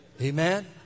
Amen